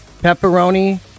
pepperoni